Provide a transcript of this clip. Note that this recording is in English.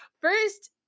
First